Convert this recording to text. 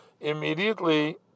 immediately